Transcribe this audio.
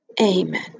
Amen